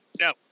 No